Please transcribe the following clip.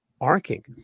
arcing